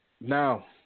now